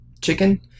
chicken